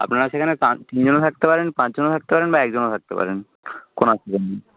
আপনারা সেখানে পাঁচ তিনজনও থাকতে পারেন পাঁচজনও থাকতে পারেন বা একজনও থাকতে পারেন কোনো অসুবিধা নেই